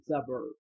suburb